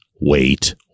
wait